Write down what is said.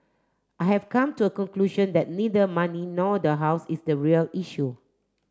I have come to a conclusion that neither money nor the house is the real issue